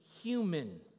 human